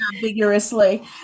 vigorously